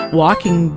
walking